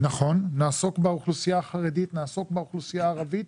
נעסוק באוכלוסייה הערבית,